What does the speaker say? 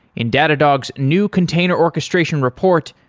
in datadog's new container orchestration report,